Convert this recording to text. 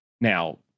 Now